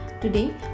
Today